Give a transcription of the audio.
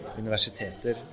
universiteter